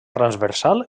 transversal